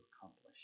accomplish